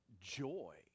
joy